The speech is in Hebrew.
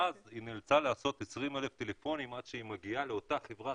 אז היא נאלצה לעשות 20,000 טלפונים עד שהיא מגיעה לאותה חברת